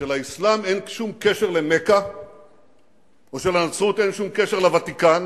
שלאסלאם אין שום קשר למכה או שלנצרות אין שום קשר לוותיקן.